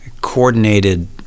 coordinated